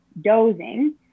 dozing